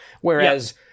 Whereas